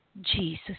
Jesus